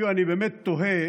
אני באמת תוהה